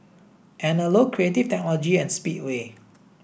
Anello Creative Technology and Speedway